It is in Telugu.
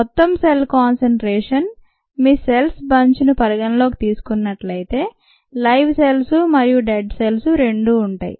మొత్తం సెల్ కాన్సెన్ట్రేషన్ మీరు సెల్స్ బంచ్ ను పరిగణనలోకి తీసుకుంటున్నట్లయితే లైవ్ సెల్స్ లు మరియు డెడ్ సెల్స్ రెండూ ఉంటాయి